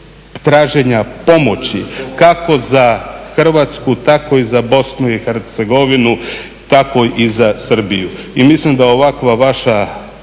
traženja pomoći kako za Hrvatsku tako i za Bosnu i Hercegovinu, tako i za Srbiju. I mislim da ovakva vaša